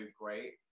great